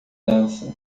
dança